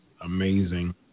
amazing